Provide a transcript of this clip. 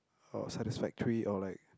or satisfactory or like